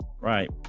Right